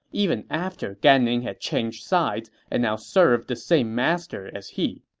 even after gan ning had changed sides and now served the same master as he.